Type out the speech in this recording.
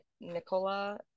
nicola